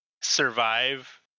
survive